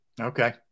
Okay